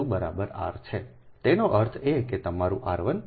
તેનો અર્થ એ કે તમારું r 1 બરાબર r 2 બરાબર r છે